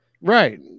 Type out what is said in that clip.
right